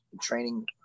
training